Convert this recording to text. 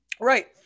Right